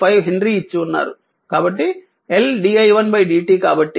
5 henry ఇచ్చి ఉన్నారు కాబట్టి L di1 dt కాబట్టి ఇది 0